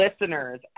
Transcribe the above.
listeners